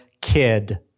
kid